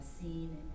seen